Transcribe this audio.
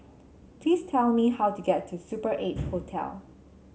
please tell me how to get to Super Eight Hotel